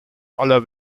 aller